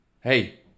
Hey